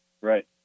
Right